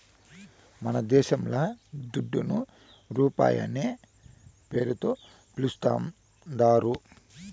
మనదేశంల దుడ్డును రూపాయనే పేరుతో పిలుస్తాందారు